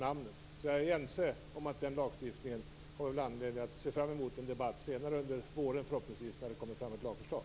Ingen skall ratas bara på grund av sitt namn. Vi har anledning att se fram emot en debatt under våren, förhoppningsvis, när det har kommit ett lagförslag.